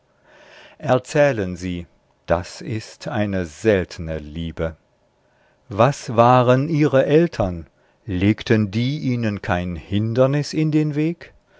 erzählen sie das ist eine seltne liebe was waren ihre eltern legten die ihnen kein hindernis in den weg